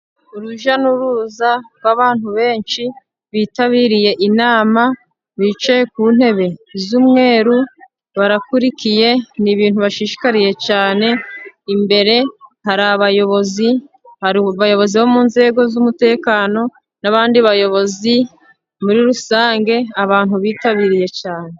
Urujya n'uruza rw'abantu benshi bitabiriye inama, bicaye ku ntebe z'umweru, barakurikiye, ni ibintu bashishikariye cyane, imbere hari abayobozi, hari abayobozi bo mu nzego z'umutekano, n'abandi bayobozi muri rusange, abantu bitabiriye cyane.